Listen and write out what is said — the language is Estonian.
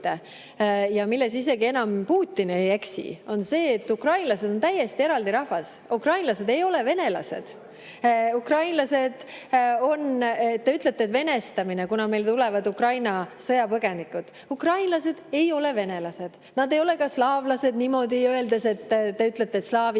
milles isegi Putin enam ei eksi, on see, et ukrainlased on täiesti eraldi rahvas. Ukrainlased ei ole venelased. Te ütlete, et [meil toimub] venestamine, kuna meile tulevad Ukraina sõjapõgenikud. Ukrainlased ei ole venelased. Nad ei ole ka slaavlased [selles mõttes], et te ütlete: slaavi